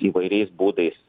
įvairiais būdais